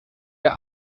der